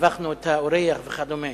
הבכנו את האורח וכדומה.